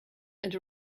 and